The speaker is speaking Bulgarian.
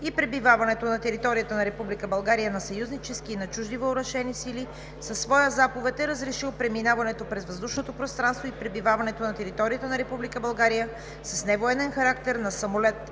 и пребиваването на територията на Република България на съюзнически и на чужди въоръжени сили със своя заповед е разрешил преминаването през въздушното пространство и пребиваването на територията на Република България с невоенен характер на самолет